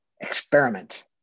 Experiment